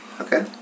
Okay